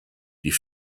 die